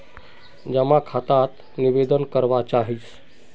जमा खाता त निवेदन करवा चाहीस?